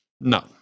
No